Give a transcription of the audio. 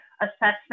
assessment